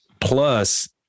Plus